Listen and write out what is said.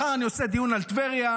מחר אני עושה דיון על טבריה,